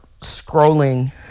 scrolling